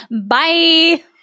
Bye